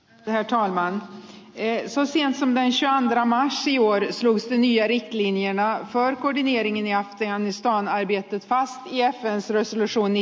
täytyy vaan teen suosionsa väen sijaan tämän silloin jäi kiinni enää farkkudivieringin ja teamista on viety vaan jättää se sinne soini